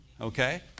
Okay